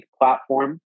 platform